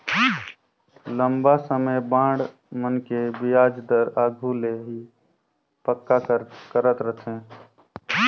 लंबा समे बांड मन के बियाज दर आघु ले ही पक्का कर रथें